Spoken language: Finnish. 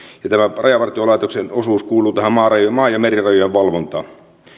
tämä rajavartiolaitoksen osuus kuuluu tähän maa ja merirajojen valvontaan